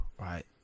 right